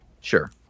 Sure